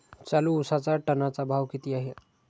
चालू उसाचा टनाचा भाव किती आहे?